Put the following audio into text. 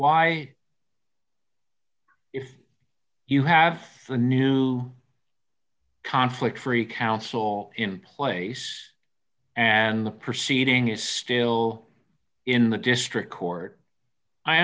why if you have the new conflict free council in place and the proceeding is still in the district court i